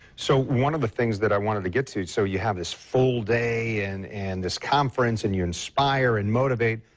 so one of the things i wanted to get to so you have this full day and and this conference and you inspire and motivate,